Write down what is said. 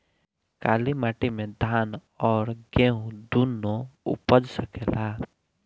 काली माटी मे धान और गेंहू दुनो उपज सकेला?